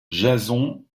jason